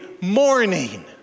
morning